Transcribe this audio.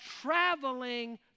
traveling